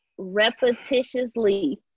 Repetitiously